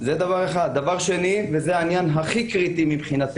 דבר שני, וזה מבחינתנו העניין הקריטי ביותר.